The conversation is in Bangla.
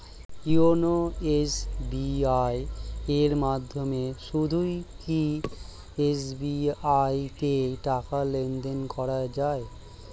ইওনো এস.বি.আই এর মাধ্যমে শুধুই কি এস.বি.আই তে টাকা লেনদেন করা যায়?